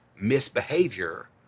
misbehavior